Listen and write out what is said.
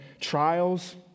trials